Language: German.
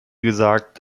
gesagt